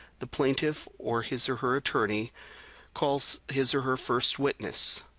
the plaintiff or his or her attorney calls his or her first witness.